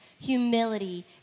humility